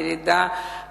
ירידה בכבוד,